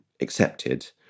accepted